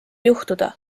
juhtuda